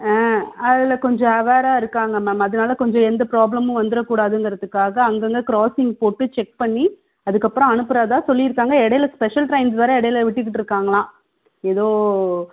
ஆ அதில் கொஞ்சம் அவரா இருக்காங்கள் மேம் அதுனால் கொஞ்சம் எந்த பிராப்ளமும் வந்துரக்கூடாதுங்கிறதுக்காக அங்கங்க கிராஸிங் போட்டு செக் பண்ணி அதுக்கப்புறம் அனுப்புகிறதா சொல்லிருக்காங்கள் இடையில ஸ்பெஷல் டிரெயின்ஸ் வேறு இடையில விட்டுக்கிட்டு இருக்காங்களாம் ஏதோ